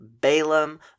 Balaam